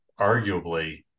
arguably